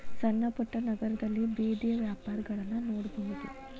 ಸಣ್ಣಪುಟ್ಟ ನಗರದಲ್ಲಿ ಬೇದಿಯ ವ್ಯಾಪಾರಗಳನ್ನಾ ನೋಡಬಹುದು